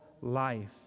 life